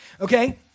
Okay